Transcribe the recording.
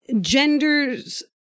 genders